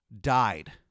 died